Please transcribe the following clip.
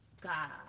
God